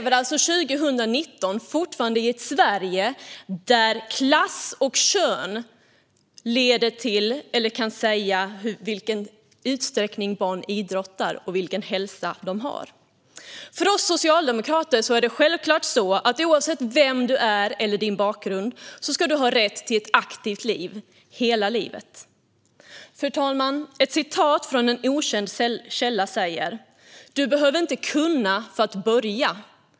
År 2019 lever vi alltså fortfarande i ett Sverige där klass och kön har betydelse för i vilken utsträckning barn idrottar och vilken hälsa de har. För oss socialdemokrater är det självklart så att du, oavsett vem du är eller hur din bakgrund ser ut, ska ha rätt till ett aktivt liv - hela livet. Fru talman! Ett citat från en okänd källa lyder: "Du behöver inte kunna för att börja.